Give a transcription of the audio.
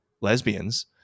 lesbians